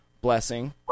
blessing